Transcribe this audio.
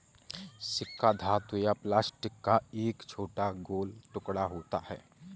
सिक्का धातु या प्लास्टिक का एक छोटा गोल टुकड़ा होता है